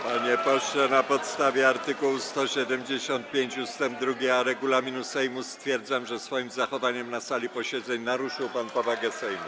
Panie pośle, na podstawie art. 175 ust. 2 regulaminu Sejmu stwierdzam, że swoim zachowaniem na sali posiedzeń naruszył pan powagę Sejmu.